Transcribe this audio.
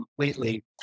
completely